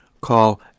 Call